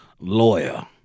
lawyer